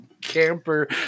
camper